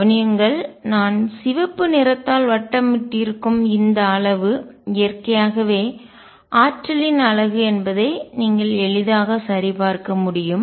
கவனியுங்கள் நான் சிவப்பு நிறத்தால் வட்டமிட்டிருக்கும் இந்த அளவு இயற்கையாகவே ஆற்றலின் அலகு என்பதை நீங்கள் எளிதாக சரிபார்க்க முடியும்